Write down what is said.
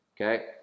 Okay